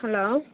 hello